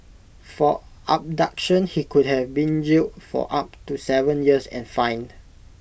for abduction he could have been jailed for up to Seven years and fined